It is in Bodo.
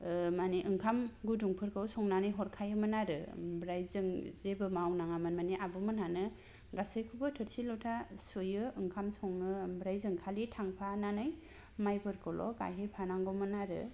मानि ओंखाम गुदुंफोरखौ संनानै हरखायोमोन आरो आमफ्राय जों जेबो मावनांआ मोन मानि आब' मोनहानो गासैखौबो थोरसि लथा सुयो ओंखाम संङो ओमफ्राय जों खालि थांफानानै माइफोरखौल' गाइ हैफानांगौमोन आरो